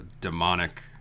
demonic